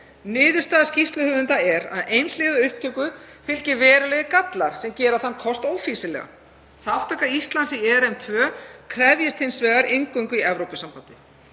Niðurstaða skýrsluhöfunda er að einhliða upptöku fylgi verulegir gallar sem gera þann kost ófýsilegan. Þátttaka Íslands í ERM II krefjist hins vegar inngöngu í Evrópusambandið.